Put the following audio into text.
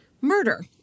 murder